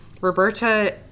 Roberta